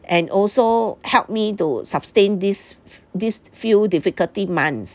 and also helped me to sustain this this few difficulty months